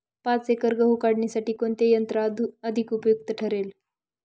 पाच एकर गहू काढणीसाठी कोणते यंत्र अधिक उपयुक्त ठरेल?